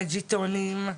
עם הז'יטונים.